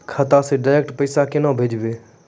खाता से डायरेक्ट पैसा केना भेजबै?